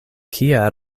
kia